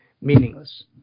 meaningless